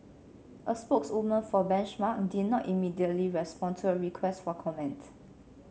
a spokeswoman for Benchmark did not immediately respond to a request for comment